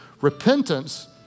Repentance